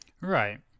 Right